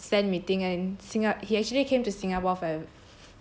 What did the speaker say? overseas fan meeting and sing~ he actually came to singapore fa~